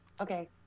Okay